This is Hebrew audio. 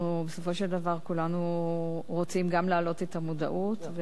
בסופו של דבר כולנו רוצים להעלות את המודעות,